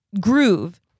Groove